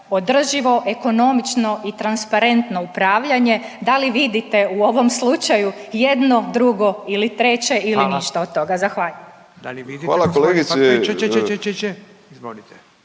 održivo, ekonomično i transparentno upravljanje da li vidite u ovom slučaju jedno, drugo ili treće … …/Upadica Furio